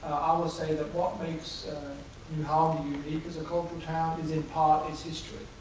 i will say that what makes new harmony unique as a cultural town is in part its history,